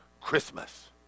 Christmas